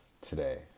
today